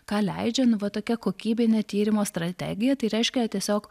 ką leidžia nu va tokia kokybinio tyrimo strategija tai reiškia tiesiog